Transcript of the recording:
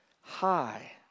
high